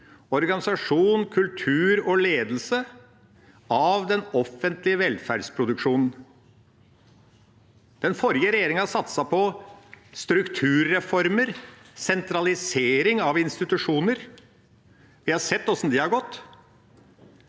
organisasjon, kultur og ledelse i den offentlige velferdsproduksjonen. Den forrige regjeringa satset på strukturreformer og sentralisering av institusjoner. Vi har sett hvordan det har gått.